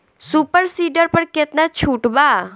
Super seeder पर केतना छूट बा?